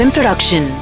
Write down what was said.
Production